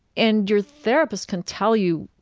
and your therapist can tell you,